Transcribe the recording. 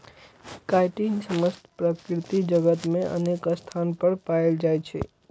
chitin समस्त प्रकृति जगत मे अनेक स्थान पर पाएल जाइ छै